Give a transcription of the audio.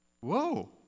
Whoa